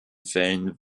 fällen